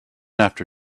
after